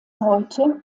heute